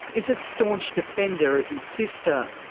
is a staunch defender of his sister.